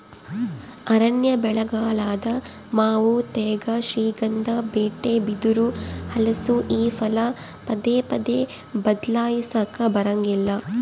ಅರಣ್ಯ ಬೆಳೆಗಳಾದ ಮಾವು ತೇಗ, ಶ್ರೀಗಂಧ, ಬೀಟೆ, ಬಿದಿರು, ಹಲಸು ಈ ಫಲ ಪದೇ ಪದೇ ಬದ್ಲಾಯಿಸಾಕಾ ಬರಂಗಿಲ್ಲ